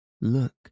look